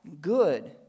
good